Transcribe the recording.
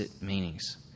meanings